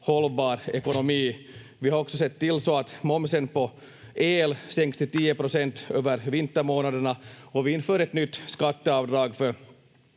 hållbar ekonomi. Vi har också sett till att momsen på el sänks till 10 procent över vintermånaderna och vi inför ett nytt skatteavdrag för